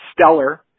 stellar